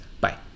bye